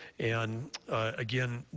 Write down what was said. and again,